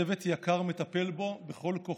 הצוות היקר מטפל בו בכל כוחו.